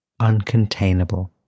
uncontainable